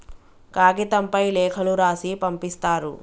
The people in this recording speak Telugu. కాగితంపై లేఖలు రాసి పంపిస్తారు